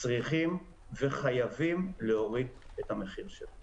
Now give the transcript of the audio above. צריכים וחייבים להוריד את המחיר שלו.